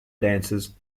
dances